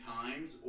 times